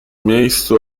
miejscu